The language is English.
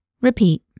repeat